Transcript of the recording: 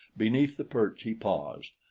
beneath the perch he paused.